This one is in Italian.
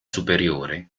superiore